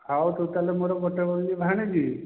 ହଉ ତୁ ତା'ହେଲେ ମୋର ଗୋଟେ ବୋଲି ଭାଣିଜୀ